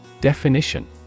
Definition